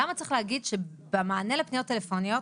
למה צריך להגיד שבמענה לפניות טלפוניות,